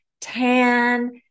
tan